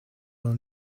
will